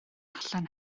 allan